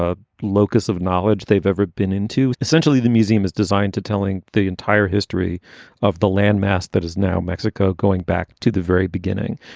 ah locus of knowledge they've ever been in to essentially the museum is designed to telling the entire history of the landmass that is now mexico going back to the very beginning.